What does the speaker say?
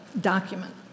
document